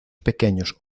pequeños